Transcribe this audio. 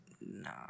No